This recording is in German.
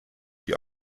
die